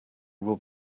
will